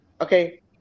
okay